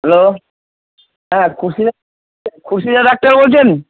hello হ্যাঁ খুশি খুশিদা doctor বলছেন